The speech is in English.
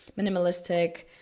minimalistic